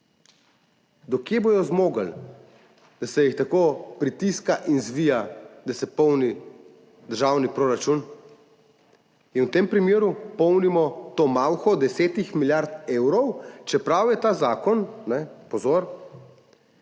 Do kje bodo zmogli, da se jih tako pritiska in zvija, da se polni državni proračun? In v tem primeru polnimo to malho 10 milijard evrov, čeprav je ta zakon, pozor,